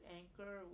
anchor